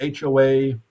HOA